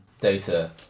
Data